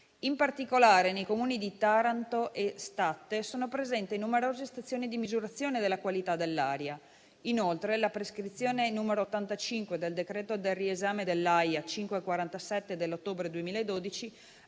In particolare, nei comuni di Taranto e Statte sono presenti numerose stazioni di misurazione della qualità dell'aria. Inoltre, la prescrizione n. 85 del decreto del riesame dell'AIA n. 547 dell'ottobre 2012